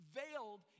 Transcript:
veiled